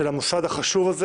של המוסד החשוב הזה